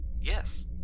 Yes